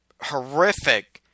horrific